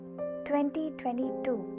2022